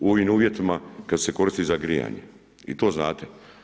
U ovim uvjetima kad se koristi za grijanje i to znate.